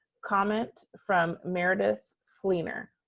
comment from meredeth fleener.